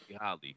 Holly